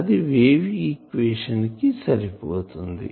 అది wave equation ని కి సరి పోతుంది